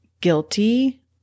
guilty